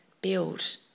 build